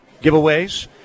giveaways